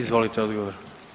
Izvolite odgovor.